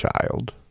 child